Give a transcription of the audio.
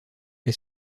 est